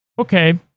Okay